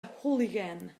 hooligan